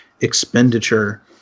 expenditure